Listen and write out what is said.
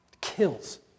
Kills